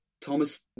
Thomas